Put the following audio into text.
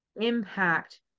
impact